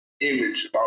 image